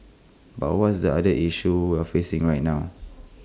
but what is the other issue we're facing right now